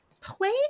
play